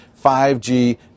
5G